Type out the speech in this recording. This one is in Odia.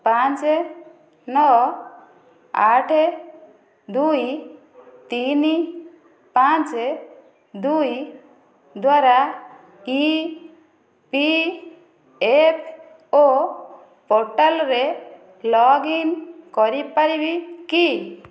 ପାଞ୍ଚ ନଅ ଆଠ ଦୁଇ ତିନି ପାଞ୍ଚ ଦୁଇ ଦ୍ଵାରା ଇ ପି ଏଫ୍ ଓ ପୋର୍ଟାଲ୍ରେ ଲଗ୍ଇନ୍ କରିପାରିବି କି